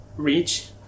Reach